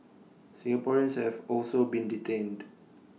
Singaporeans have also been detained